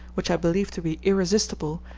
which i believe to be irresistible,